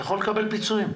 יכול לקבל פיצויים.